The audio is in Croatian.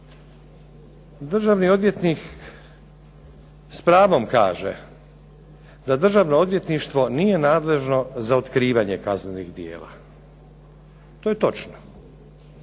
Državni odvjetnik s pravom kaže da Državno odvjetništvo nije nadležno za otkrivanje kaznenih djela. To je točno.